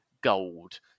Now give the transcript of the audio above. gold